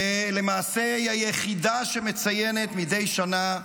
שלמעשה היא היחידה שמציינת מדי שנה,